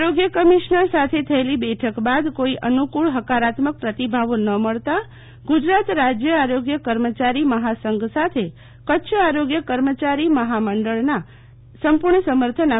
આરોગ્ય કમિશ્નર સાથે થયેલી બેઠક બાદ કોઈ અનુકુળ હકારાત્મક પ્રતિભાવો ન મળતા ગુજરાત રાજ્ય આરોગ્ય કર્મચારી મહાસંઘ સાથે કચ્છ આરોગ્ય કર્મચારી મહામંડળએ સંપૂર્ણ સમર્થન આપ્યું છે